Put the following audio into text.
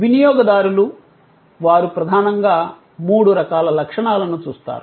వినియోగదారులు వారు ప్రధానంగా మూడు రకాల లక్షణాలను చూస్తారు